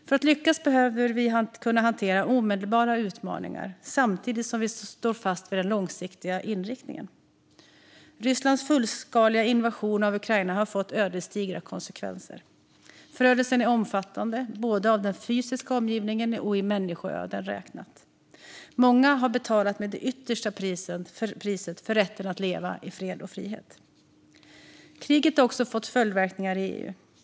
För att lyckas behöver vi kunna hantera omedelbara utmaningar samtidigt som vi står fast vid den långsiktiga inriktningen. Rysslands fullskaliga invasion av Ukraina har fått ödesdigra konsekvenser. Förödelsen är omfattande, både av den fysiska omgivningen och i människoöden räknat. Många har betalat det yttersta priset för rätten att leva i fred och frihet. Kriget har också fått följdverkningar i EU.